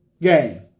game